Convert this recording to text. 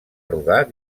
rodar